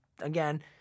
again